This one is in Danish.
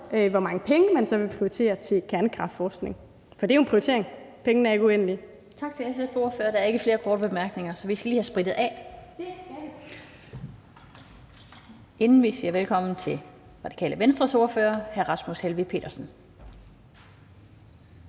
hvor mange penge man så vil prioritere til kernekraftforskning. For det er jo en prioritering. Pengene er ikke uendelige. Kl. 17:03 Den fg. formand (Annette Lind): Tak til SF's ordfører. Der er ikke flere korte bemærkninger, så vi skal lige have sprittet af, inden vi siger velkommen til Radikale Venstres ordfører, hr. Rasmus Helveg Petersen.